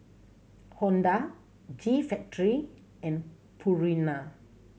Honda G Factory and Purina